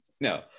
No